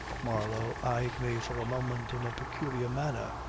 marlow eyed me for a moment in a peculiar manner.